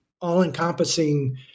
all-encompassing